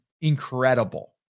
incredible